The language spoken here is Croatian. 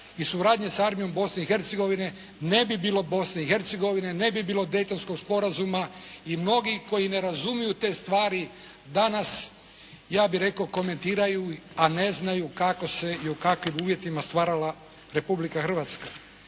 i suradnje sa armijom Bosne i Hercegovine, ne bi bilo Bosne i Hercegovine, ne bi bio Daytonskog sporazuma i mnogi koji ne razumiju te stvari, danas, ja bih rekao komentiraju a ne znaju kako se i o kakvim uvjetima stvarala Republika Hrvatska.